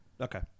okay